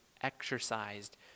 exercised